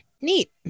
Neat